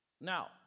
Now